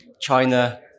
China